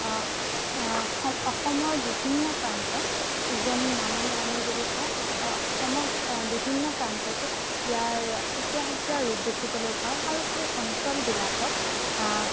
অসমৰ বিভিন্ন প্ৰান্তত উজনি নামনি আমি যদি চাওঁ অসমৰ বিভিন্ন প্ৰান্ততে ইয়াৰ সুকীয়া সুকীয়া ৰূপ দেখিবলৈ পাওঁ আৰু সেই অঞ্চলবিলাকত